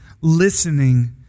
listening